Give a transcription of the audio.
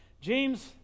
James